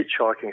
hitchhiking